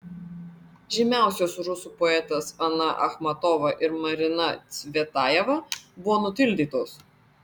žymiausios rusų poetės ana achmatova ir marina cvetajeva buvo nutildytos